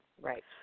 right